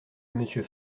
monsieur